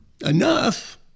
Enough